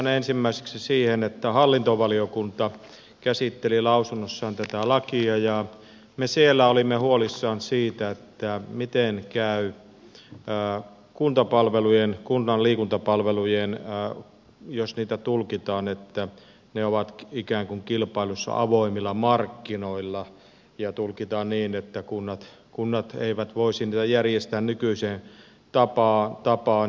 ihan ensimmäiseksi siihen että hallintovaliokunta käsitteli lausunnossaan tätä lakia ja me siellä olimme huolissamme siitä miten käy kuntapalvelujen kunnan liikuntapalvelujen jos niitä tulkitaan että ne ovat ikään kuin kilpailussa avoimilla markkinoilla ja tulkitaan niin että kunnat eivät voisi niitä järjestää nykyiseen tapaan